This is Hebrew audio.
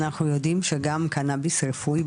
אנחנו יודעים שגם קנאביס רפואי,